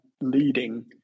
leading